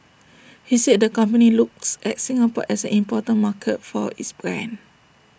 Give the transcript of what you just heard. he said the company looks at Singapore as an important market for its brand